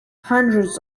hundreds